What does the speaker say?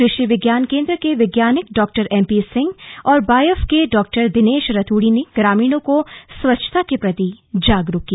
कृषि विज्ञान केंद्र के वैज्ञानिक डॉ एम पी सिंह और बायफ के डॉ दिनेश रतूड़ी ने ग्रामीणों को स्वच्छता के प्रति जागरूक किया